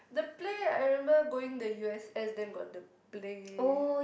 the Play I remember going the U_S_S then got the play